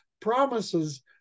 promises